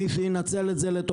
מי שינצל את זה לטובתו,